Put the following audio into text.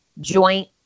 joint